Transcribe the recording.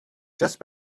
just